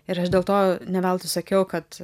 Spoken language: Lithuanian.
ir aš dėl to ne veltui sakiau kad